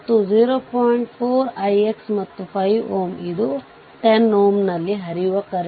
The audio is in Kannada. ಇದರಿಂದ RThevenin ಅನ್ನು ಪಡೆಯಬಹುದು ಮತ್ತು ಈ ಸರ್ಕ್ಯೂಟ್ ಅನ್ನು ಪರಿಹರಿಸಿದರೆ VThevenin